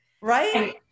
right